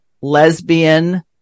lesbian